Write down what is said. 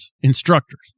instructors